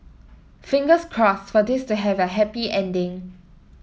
fingers crossed for this to have a happy ending